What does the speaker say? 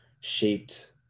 shaped